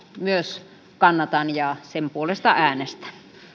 myös kannatan ja sen puolesta äänestän